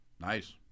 Nice